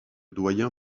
doyen